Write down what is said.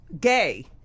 gay